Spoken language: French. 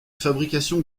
fabrication